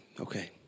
Okay